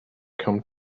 come